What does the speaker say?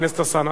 אתה יכול לעלות.